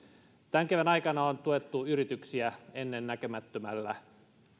tämän kevään aikana on tuettu yrityksiä ennennäkemättömällä